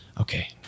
Okay